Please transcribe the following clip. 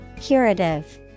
Curative